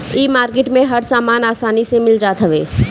इ मार्किट में हर सामान आसानी से मिल जात हवे